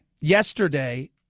Yesterday